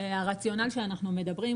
הרציונל שאנחנו מדברים,